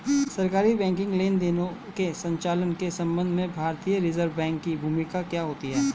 सरकारी बैंकिंग लेनदेनों के संचालन के संबंध में भारतीय रिज़र्व बैंक की भूमिका क्या होती है?